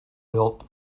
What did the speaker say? built